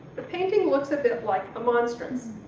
the painting looks a bit like a monstrance.